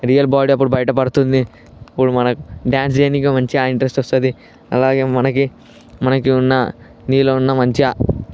real body అప్పుడు బయట పడుతుంది అప్పుడు మనకు డ్యాన్స్ చేయనీకి మంచిగా ఇంట్రెస్ట్ వస్తుంది అలాగే మనకి మనకి ఉన్న నీలో ఉన్న మంచిగా